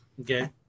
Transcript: Okay